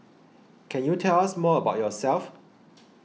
can you tell us more about yourself